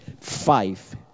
five